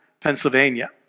Pennsylvania